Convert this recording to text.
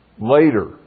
Later